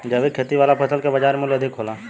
जैविक खेती वाला फसल के बाजार मूल्य अधिक होला